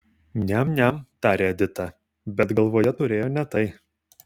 niam niam tarė edita bet galvoje turėjo ne tai